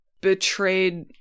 betrayed